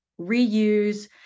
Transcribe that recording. reuse